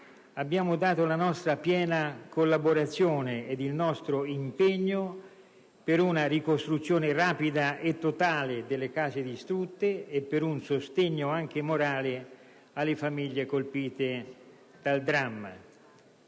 abbiamo dato la nostra piena collaborazione ed il nostro impegno per una ricostruzione rapida e totale delle case distrutte e per un sostegno anche morale alle famiglie colpite dal dramma.